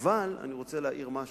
אבל אני רוצה להעיר משהו,